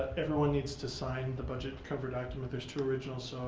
everyone needs to sign the budget cover document. there's two originals,